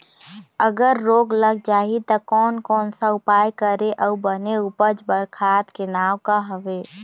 अगर रोग लग जाही ता कोन कौन सा उपाय करें अउ बने उपज बार खाद के नाम का हवे?